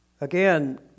Again